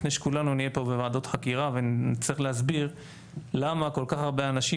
לפני שכולנו נהיה פה בוועדות חקירה ונצטרך להסביר למה כל כך הרבה אנשים,